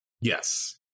Yes